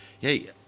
hey